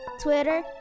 Twitter